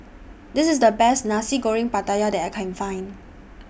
This IS The Best Nasi Goreng Pattaya that I Can Find